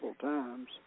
times